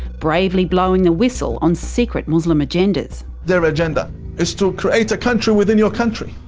bravely blowing the whistle on secret muslim agendas. their agenda is to create a country within your country,